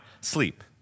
sleep